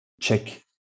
check